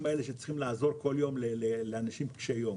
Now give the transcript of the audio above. האלה שצריכים לעזור בהם לאנשים קשי יום.